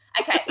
okay